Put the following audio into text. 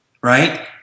right